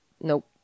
nope